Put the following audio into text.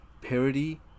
parody